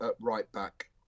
right-back